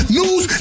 news